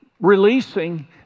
releasing